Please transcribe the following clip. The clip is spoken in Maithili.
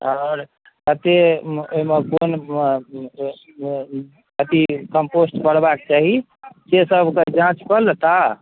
आओर कतेक ओहिमे कोन अथि कम्पोस्ट पड़बाक चाही सेसभ ओकर जाँच कऽ लेताह